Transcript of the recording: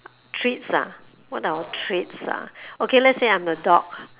treats ah what our treats ah okay let's say I'm a dog